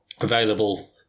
available